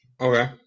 Okay